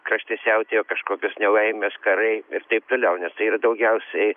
krašte siautėjo kažkokios nelaimės karai ir taip toliau nes tai ir daugiausiai